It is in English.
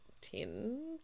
ten